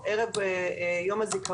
רם בן ברק יו"ר ועדת החוץ והביטחון: